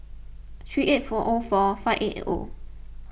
three eight four O four five eight eight O